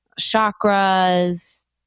chakras